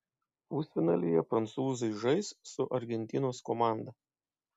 pusfinalyje prancūzai žais su argentinos komanda